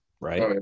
Right